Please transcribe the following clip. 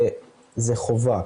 זה חובה,